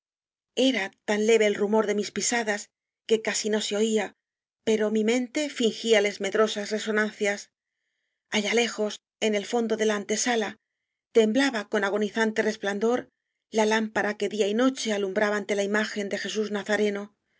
era tan leve el rumor de mis pisadas que casi no se oía pero mi mente fingíales medrosas reso nancias allá lejos en el fondo de la antesa la temblaba con agonizante resplandor la lámpara que día y noche alumbraba ante la imagen de jesús nazareno